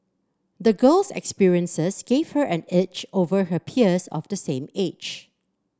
the girl's experiences gave her an edge over her peers of the same age